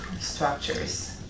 structures